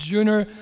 Junior